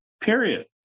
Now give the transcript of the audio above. period